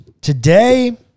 Today